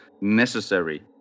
necessary